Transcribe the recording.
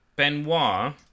Benoit